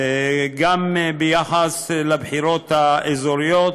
גם ביחס לבחירות האזוריות,